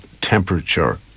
temperature